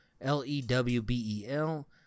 L-E-W-B-E-L